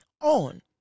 on